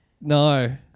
No